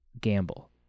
gamble